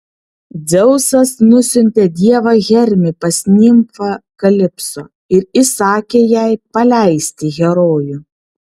dzeusas nusiuntė dievą hermį pas nimfą kalipso ir įsakė jai paleisti herojų